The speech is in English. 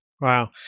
Wow